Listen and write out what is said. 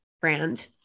brand